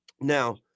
Now